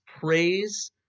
praise